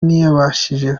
ntiyabashije